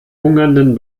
hungernden